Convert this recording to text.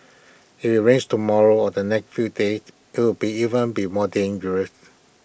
IT is rains tomorrow or the next few days IT will be even be more dangerous